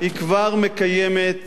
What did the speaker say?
היא כבר מקיימת